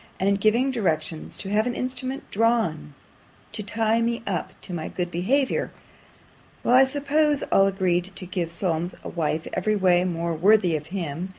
and in giving directions to have an instrument drawn to tie me up to my good behaviour while i supposed all agreed to give solmes a wife every way more worthy of him,